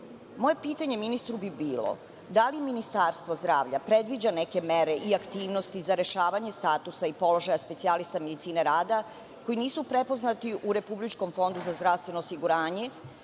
pitanje ministru bi bilo – da li Ministarstvo zdravlja predviđa neke mere i aktivnosti za rešavanje statusa i položaja specijalista medicine rada koji nisu prepoznati u Republičkom fondu za zdravstveno osiguranje